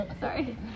Sorry